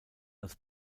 als